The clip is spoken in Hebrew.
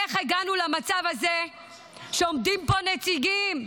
איך הגענו למצב הזה שעומדים פה נציגים,